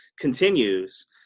continues